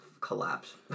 collapse